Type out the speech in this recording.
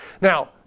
Now